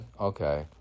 Okay